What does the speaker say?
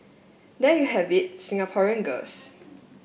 there you have it Singaporean girls